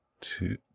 two